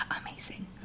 amazing